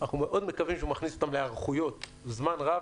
אנחנו מאוד מקווים שהוא מכניס אותן להיערכויות זמן רב,